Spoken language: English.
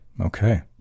Okay